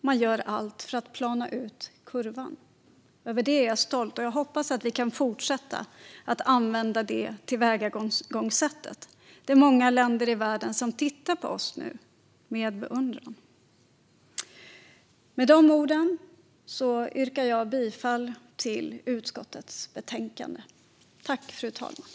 Man gör allt för att plana ut kurvan. Över det är jag stolt, och jag hoppas att vi kan fortsätta att använda detta tillvägagångssätt. Det är många länder i världen som nu tittar på oss med beundran. Med dessa ord yrkar jag bifall till förslaget i utskottets betänkande.